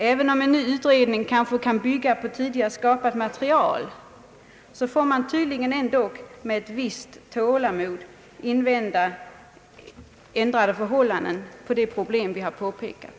Även om en ny utredning kanske kan bygga på tidigare skapat material, får man tydligen ändå med visst tålamod invänta en lösning på de problem vi har påpekat.